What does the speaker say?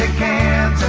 ah can